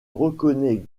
reconnaît